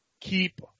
keep